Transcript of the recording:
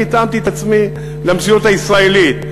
אני התאמתי את עצמי למציאות הישראלית,